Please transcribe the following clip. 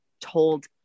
told